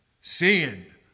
Sin